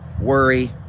worry